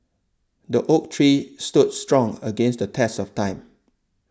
the oak tree stood strong against the test of time